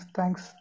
Thanks